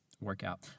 workout